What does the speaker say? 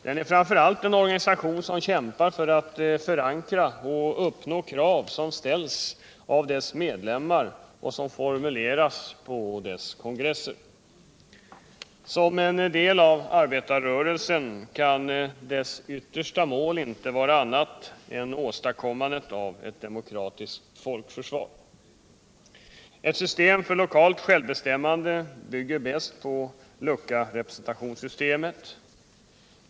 Den är framför allt en organisation som kämrar för att förankra och genomföra krav som ställts av dess medlemmar och so:n formulerats på dess kongresser. Som en del av arbetarrörelsen kan den som yttersta mål på detta område inte ha annat än åstadkommandet av ett deriokratiskt folkförsvar. Ett system för lokalt självbestämrm.ande bygger bäst på luckarepresentationssystemet.